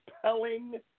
compelling